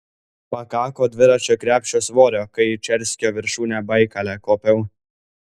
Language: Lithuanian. pakako dviračio krepšio svorio kai į čerskio viršūnę baikale kopiau